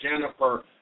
Jennifer